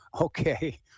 Okay